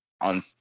on